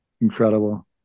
Incredible